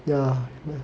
yeah